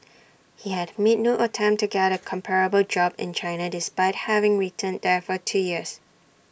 he had made no attempt to get A comparable job in China despite having returned there for two years